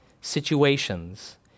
situations